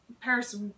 Paris